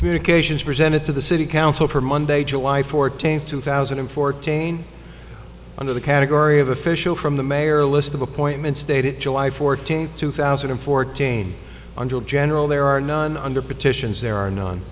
communications presented to the city council for monday july fourteenth two thousand and fourteen under the category of official from the mayor of appointments dated july fourteenth two thousand and fourteen general there are none under petitions there are no